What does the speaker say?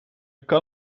kan